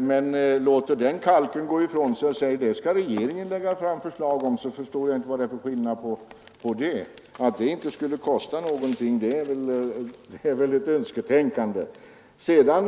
men sedan låter kalken gå ifrån sig och säger att regeringen skall lägga fram förslag förstår jag inte var skillnaden ligger. Det är väl ett önsketänkande att det inte skulle kosta någonting om regeringen lägger fram förslagen!